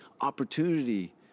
opportunity